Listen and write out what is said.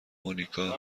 مونیکا